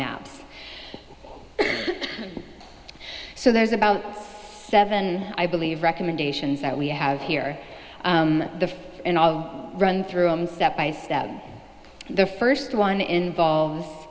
maps so there's about seven i believe recommendations that we have here the in all run through him step by step the first one involves